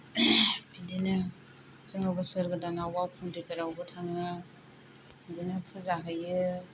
बिदिनो जोङो बोसोर गोदानाव बावखुंग्रिफोरावबो थाङो बिदिनो फुजा होयो